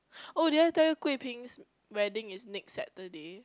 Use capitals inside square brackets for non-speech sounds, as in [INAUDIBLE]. [NOISE] oh did I tell you Gui-Ping's wedding is next Saturday